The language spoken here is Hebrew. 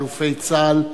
אני מודה לאלופי צה"ל,